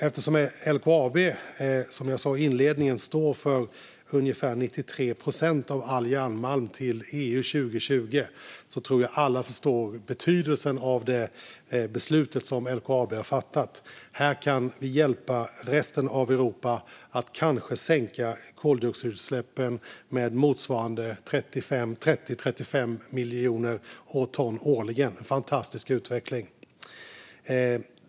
Eftersom LKAB, som jag sa inledningsvis, stod för ungefär 93 procent av all järnmalm inom EU 2020 tror jag att alla förstår betydelsen av det beslut som LKAB har fattat. Vi kan hjälpa resten av Europa att sänka koldioxidutsläppen med motsvarande kanske 30-35 miljoner ton årligen. En fantastisk utveckling!